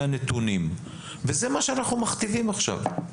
הנתונים וזה מה שאנחנו מכתיבים עכשיו.